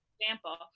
example